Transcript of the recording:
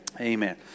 Amen